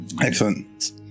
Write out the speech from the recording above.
Excellent